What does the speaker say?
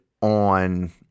on